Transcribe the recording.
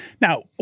Now